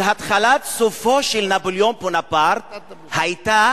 שהתחלת סופו של נפוליאון בונפרטה היתה